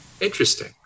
Interesting